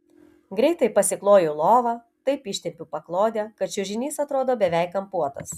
greitai pasikloju lovą taip ištempiu paklodę kad čiužinys atrodo beveik kampuotas